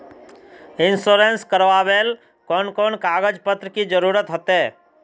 Insurance करावेल कोन कोन कागज पत्र की जरूरत होते?